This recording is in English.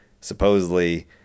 supposedly